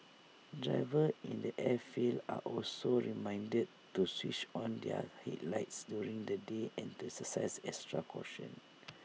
drivers in the airfields are also reminded to switch on their headlights during the day and to exercise extra caution